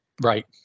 Right